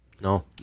No